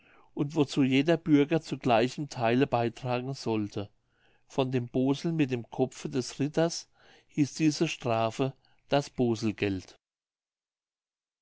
und wozu jeder bürger zu gleichem theile beitragen sollte von dem bozeln mit dem kopfe des ritters hieß diese strafe das